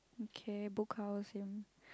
okay Book House same